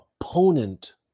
opponent